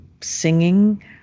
singing